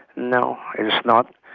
no. it is not.